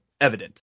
evident